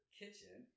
kitchen